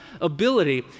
ability